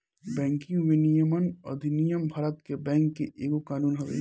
banking विनियमन अधिनियम भारत में बैंक के एगो कानून हवे